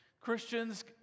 Christians